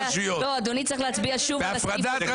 לא, אדוני, צריך להצביע שוב על ההסתייגות.